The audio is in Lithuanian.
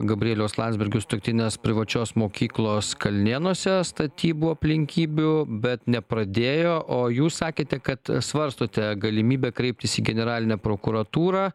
gabrieliaus landsbergio sutuoktinės privačios mokyklos kalnėnuose statybų aplinkybių bet nepradėjo o jūs sakėte kad svarstote galimybę kreiptis į generalinę prokuratūrą